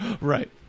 Right